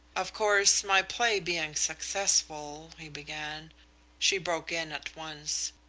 of course, my play being successful, he began she broke in at once.